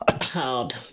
Hard